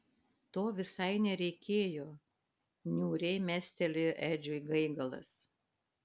to visai nereikėjo niūriai mestelėjo edžiui gaigalas